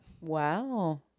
Wow